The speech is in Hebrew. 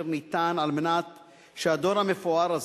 זה שהיא בפועל,